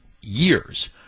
years